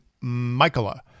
Michaela